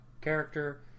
character